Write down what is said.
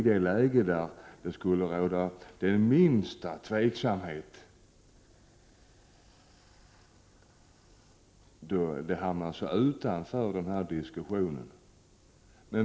Ett läge där det råder minsta tveksamhet hamnar alltså utanför denna diskussion.